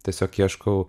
tiesiog ieškau